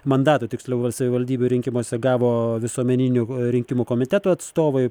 mandatų tiksliau savivaldybių rinkimuose gavo visuomeninių rinkimų komitetų atstovai